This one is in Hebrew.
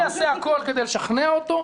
אני אעשה הכול כדי לשכנע אותו,